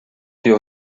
your